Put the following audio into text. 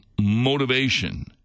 motivation